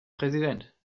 präsident